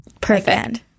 Perfect